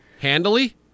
Handily